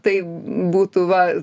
tai būtų va